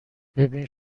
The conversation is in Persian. ببین